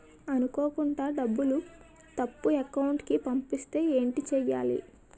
అనుకోకుండా డబ్బులు తప్పు అకౌంట్ కి పంపిస్తే ఏంటి చెయ్యాలి?